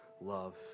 love